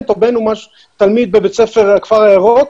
או בין הוא תלמיד בבית ספר הכפר הירוק,